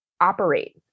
operate